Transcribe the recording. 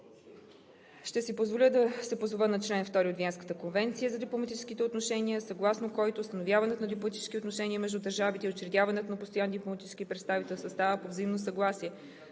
Ще си позволя да се позова на чл. 2 от Виенската конвенция за дипломатическите отношения, съгласно който установяването на дипломатически отношения между държавите и учредяването на постоянни дипломатически представителства става по взаимно съгласие.